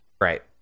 Right